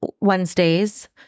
wednesdays